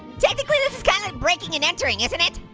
technically, this is kind of breaking and entering, isn't it?